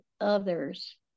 others